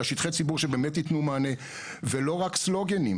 אלא שטחי ציבור שבאמת יתנו מענה ולא רק סלוגנים.